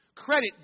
Credit